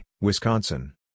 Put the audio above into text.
Wisconsin